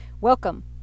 Welcome